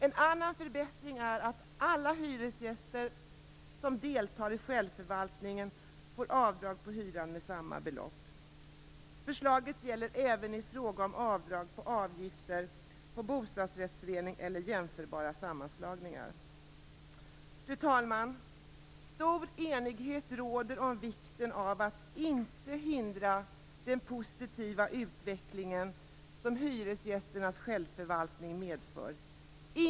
En annan förbättring är att alla hyresgäster som deltar i självförvaltningen får avdrag på hyran med samma belopp. Förslaget gäller även i fråga om avdrag på avgifter i bostadsrättsföreningar eller jämförbara sammanslutningar. Fru talman! Stor enighet råder om vikten av att inte hindra den positiva utvecklingen som hyresgästernas självförvaltning medför.